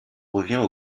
revient